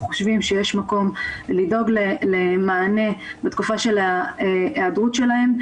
חושבים שיש מקום לדאוג למענה בתקופה של ההיעדרות שלהם,